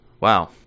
Wow